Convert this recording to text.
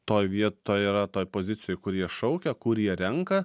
toj vietoj yra toj pozicijoj kurie šaukia kurie renka